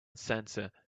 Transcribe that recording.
center